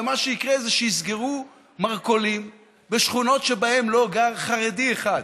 ומה שיקרה זה שיסגרו מרכולים בשכונות שבהן לא גר חרדי אחד,